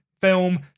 film